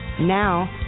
Now